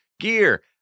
gear